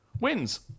wins